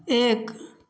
एक